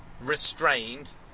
restrained